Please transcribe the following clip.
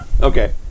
Okay